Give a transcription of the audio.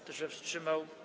Kto się wstrzymał?